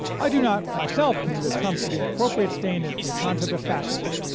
i do not myself consider trump to be an appropriate stand-in for the concept of fascism,